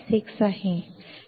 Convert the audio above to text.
हे काय आहे